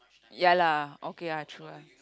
ya lah okay I try